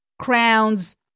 crowns